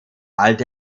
alte